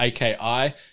AKI